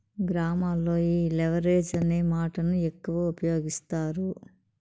గ్రామాల్లో ఈ లెవరేజ్ అనే మాటను ఎక్కువ ఉపయోగిస్తారు